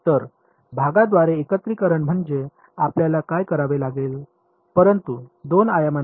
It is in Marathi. तर भागांद्वारे एकत्रिकरण म्हणजे आपल्याला काय करावे लागेल परंतु दोन आयामांमध्ये